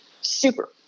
super